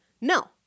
No